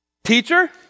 Teacher